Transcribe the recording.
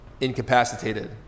incapacitated